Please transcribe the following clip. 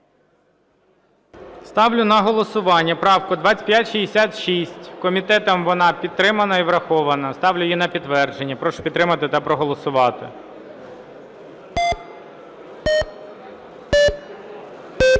Ставлю на голосування правку 2566. Комітетом вона підтримана і врахована. Ставлю її на підтвердження. Прошу підтримати та проголосувати.